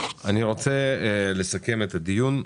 אני רוצה לסכם את הדיון.